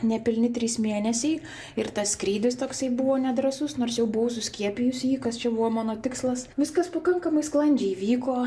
nepilni trys mėnesiai ir tas skrydis toksai buvo nedrąsus nors jau buvau suskiepijusi jį kas čia buvo mano tikslas viskas pakankamai sklandžiai vyko